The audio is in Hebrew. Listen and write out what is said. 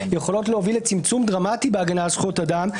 יכולות להוביל לצמצום דרמטי בהגנה על זכויות אדם.